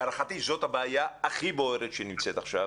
להערכתי זאת הבעיה הכי בוערת שנמצאת עכשיו